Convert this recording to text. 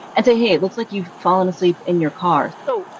and say, hey, it looks like you've fallen asleep in your car. so